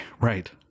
Right